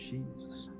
Jesus